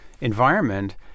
environment